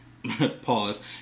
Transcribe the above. Pause